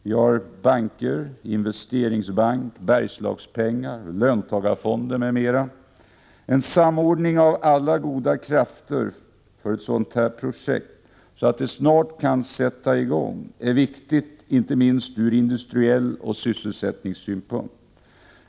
Vi har banker, investeringsbank, Bergslagspengar, löntagarfonder m.m. En samordning av alla goda krafter för ett sådant här projekt, så att det snart kan sätta i gång, är viktig inte minst ur industriell synpunkt och sysselsättningssynpunkt.